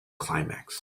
climax